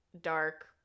dark